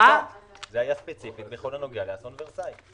זה היה ספציפית בכל הנוגע לאסון ורסאי.